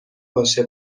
باشه